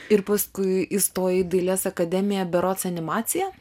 ir paskui įstojai į dailės akademiją berods animaciją